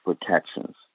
protections